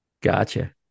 Gotcha